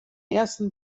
ersten